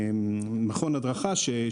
אנחנו מדברים על זה איתך, רון.